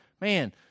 man